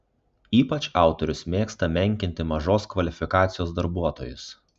ypač autorius mėgsta menkinti mažos kvalifikacijos darbuotojus